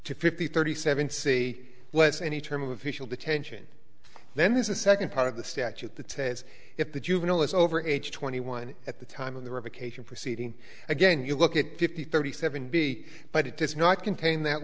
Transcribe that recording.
to fifty thirty seven say it was any term of official detention then there's a second part of the statute the ten is if the juvenile is over age twenty one at the time of the revocation proceeding again you look at fifty thirty seven b but it does not contain that